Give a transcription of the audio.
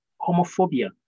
homophobia